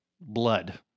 blood